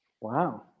Wow